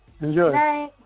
Enjoy